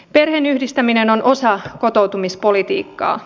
perheenyhdistäminen on osa kotoutumispolitiikkaa